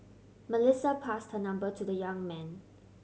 Melissa passed her number to the young man